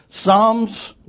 Psalms